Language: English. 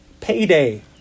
payday